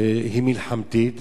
היא מלחמתית,